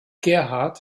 gerhard